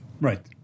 Right